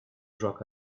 joacă